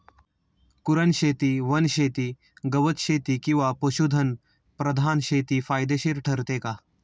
कुरणशेती, वनशेती, गवतशेती किंवा पशुधन प्रधान शेती फायदेशीर ठरते का?